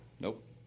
Nope